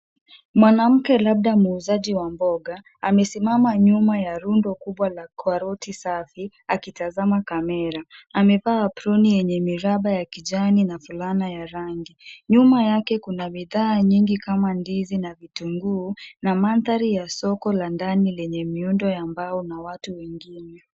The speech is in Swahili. Mwanamke labda muuzaji wa mboga, amesimama nyuma ya rundo kubwa ya karoti safi akitazama kamera. Amevaa aproni yenye miraba ya kijani na fulana ya rangi. Nyuma yake kuna bidhaa nyingi kama ndizi na vitunguu na mandhari ya soko la ndani lenye miundo ya mbao na watu wengine.